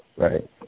Right